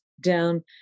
down